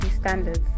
standards